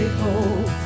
hope